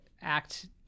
act